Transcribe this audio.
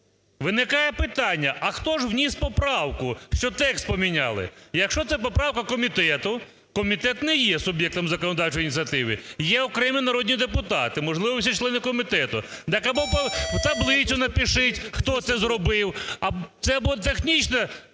Виникає питання: а хто ж вніс поправку, що текст поміняли? Якщо це поправка комітету, комітет не є суб'єктом законодавчої ініціативи. Є окремі народні депутати, можливо, всі члени комітету. Так або в таблицю напишіть, хто це зробив. Це або технічно